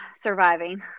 surviving